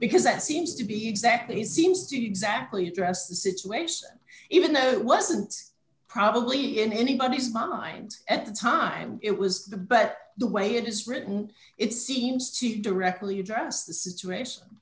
because that seems to be exactly seems to be exactly address the situation even though it wasn't probably in anybody's mind at the time it was the but the way it is written it seems to directly address the situation